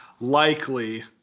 likely